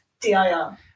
DIR